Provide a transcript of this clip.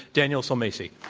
daniel sulmasy.